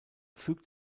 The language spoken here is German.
fügt